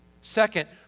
Second